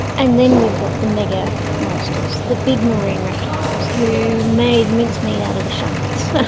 and then we've got the mega monsters, the big marine reptiles who made mincemeat out of the sharks,